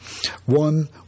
One